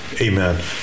Amen